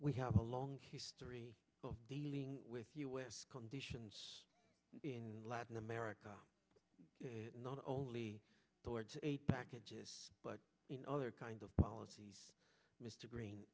we have a long history of dealing with conditions in latin america not only towards packages but in other kinds of policies mr green